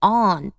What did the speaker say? on